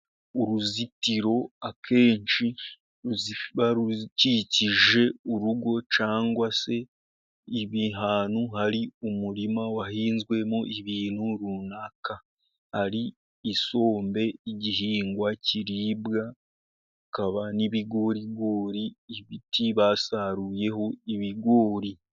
Uruzitiro akenshi ruba rukikije urugo cyangwa se ahantu hari umurima wahinzwemo ibintu runaka. Hari i isombe y'igihingwa kiribwa, ukaba n'ibigorigori, ibiti basaruyeho ibigori.